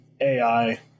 AI